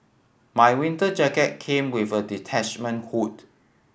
my winter jacket came with a detachment hood